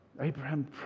Abraham